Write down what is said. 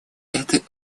этой